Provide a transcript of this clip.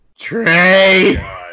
Trey